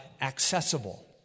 accessible